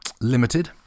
limited